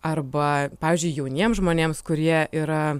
arba pavyzdžiui jauniems žmonėms kurie yra